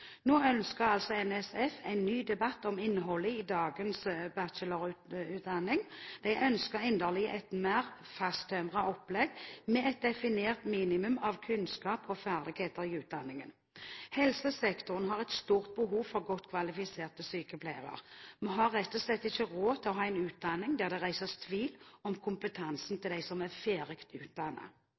Nå ønsker altså NSF en ny debatt om innholdet i dagens bachelorutdanning. De ønsker inderlig et mer fasttømret opplegg med et definert minimum av kunnskap og ferdigheter i utdanningen. Helsesektoren har et stort behov for godt kvalifiserte sykepleiere. Vi har rett og slett ikke råd til å ha en utdanning der det reises tvil om kompetansen til dem som er